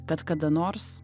kad kada nors